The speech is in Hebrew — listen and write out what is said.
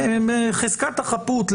חזקת החפות,